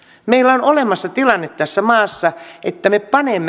meillä on olemassa tilanne tässä maassa että me panemme